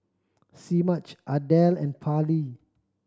Semaj Adele and Parley